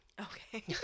Okay